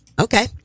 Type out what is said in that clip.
okay